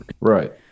Right